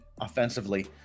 offensively